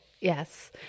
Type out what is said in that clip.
Yes